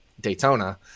Daytona